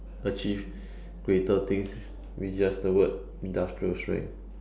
achieve greater things with just the word industrial strength